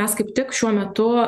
mes kaip tik šiuo metu